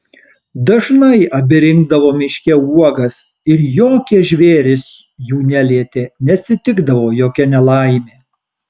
dažnai abi rinkdavo miške uogas ir jokie žvėrys jų nelietė neatsitikdavo jokia nelaimė